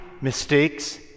mistakes